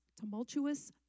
tumultuous